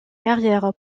carrière